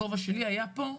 הכובע שלי היה פה,